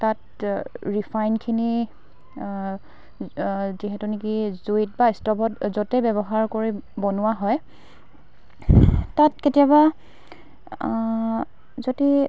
তাত ৰিফাইনখিনি যিহেতু নেকি জুইত বা ষ্ট'ভত য'তে ব্যৱহাৰ কৰে বনোৱা হয় তাত কেতিয়াবা যদি